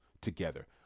together